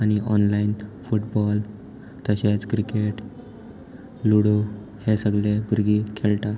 आनी online football तशेंच cricket ludo हे सगले भुरगीं खेळटा